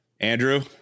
Andrew